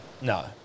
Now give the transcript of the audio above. no